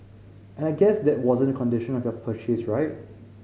and I guess that wasn't the condition of your purchase right